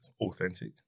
authentic